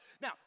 Now